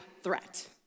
threat